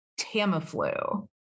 tamiflu